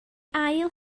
ail